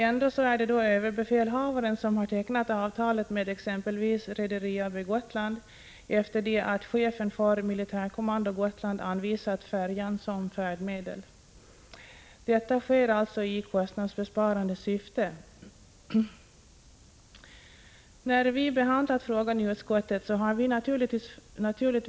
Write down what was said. Ändå är det överbefälhavaren som har tecknat avtalet med exempelvis Rederi AB Gotland efter det att chefen för militärkommando Gotland anvisat färjan som färdmedel. Detta sker alltså i kostnadsbesparande syfte. När vi behandlade frågan i utskottet hade vi naturligtvis främst att se till Prot.